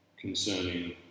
concerning